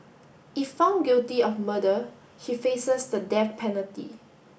if found guilty of murder she faces the death penalty